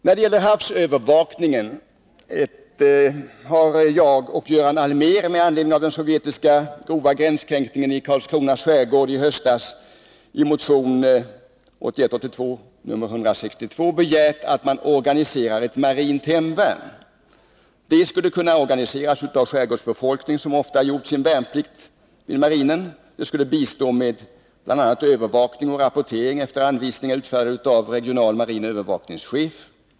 När det gäller havsövervakningen har jag och Göran Allmér, med anledning av den sovjetiska grova gränskränkningen i Karlskronas skärgård i höstas, i motion 1981/82:162 begärt att man organiserar ett marint hemvärn. Det skulle kunna organiseras av skärgårdsbefolkningen, som ofta gjort sin värnplikt vid marinen, och det skulle kunna bistå med bl.a. övervakning och rapportering efter anvisningar utfärdade av regional marin övervakningschef.